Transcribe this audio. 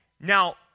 now